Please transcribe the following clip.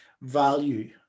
value